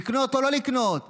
לקנות או לא לקנות.